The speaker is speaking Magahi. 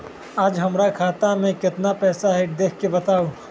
आज हमरा खाता में केतना पैसा हई देख के बताउ?